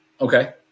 Okay